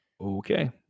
Okay